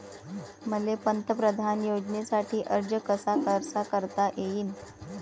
मले पंतप्रधान योजनेसाठी अर्ज कसा कसा करता येईन?